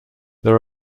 there